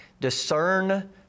Discern